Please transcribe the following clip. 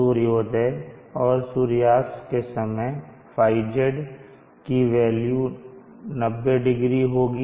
सूर्योदय और सूर्यास्त के समय θZ की वेल्यू 900 होगी